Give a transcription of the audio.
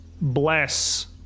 bless